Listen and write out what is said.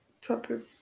proper